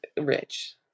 rich